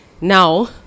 now